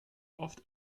oft